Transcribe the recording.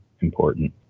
important